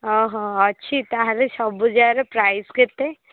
ଓହୋ ଅଛି ତା'ହେଲେ ସବୁଯାକର ପ୍ରାଇସ୍ କେତେ